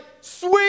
sweet